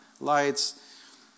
lights